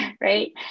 Right